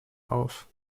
auf